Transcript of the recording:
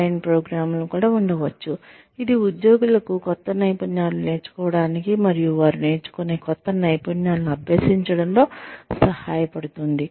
online ప్రోగ్రామ్లు కూడా ఉండవచ్చు ఇది ఉద్యోగులకు కొత్త నైపుణ్యాలను నేర్చుకోవడానికి మరియు వారు నేర్చుకునే కొత్త నైపుణ్యాలను అభ్యసించడంలో సహాయపడుతుంది